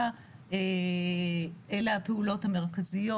אלה הפעולות המרכזיות,